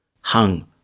hung